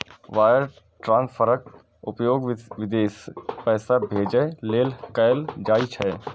wire ट्रांसफरक उपयोग विदेश पैसा भेजै लेल कैल जाइ छै